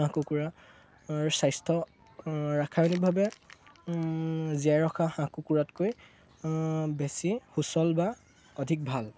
হাঁহ কুকুৰাৰ স্বাস্থ্য ৰাসায়নিকভাৱে জীয়াই ৰখা হাঁহ কুকুৰাতকৈ বেছি সুচল বা অধিক ভাল